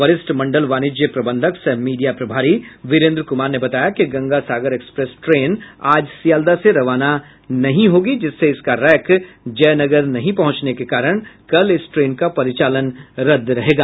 वरिष्ठ मंडल वाणिज्य प्रबंधक सह मीडिया प्रभारी वीरेन्द्र कुमार ने बताया कि गंगा सागर एक्सप्रेस ट्रेन आज सियालदह से रवाना नहीं होगी जिससे इसका रैक जयनगर नहीं पहुंचने के कारण कल इस ट्रेन का परिचालन रद्द रहेगा